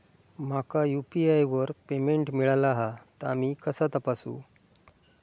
माका यू.पी.आय वर पेमेंट मिळाला हा ता मी कसा तपासू?